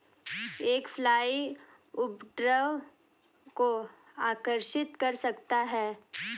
एक फ्लाई उपद्रव को आकर्षित कर सकता है?